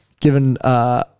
given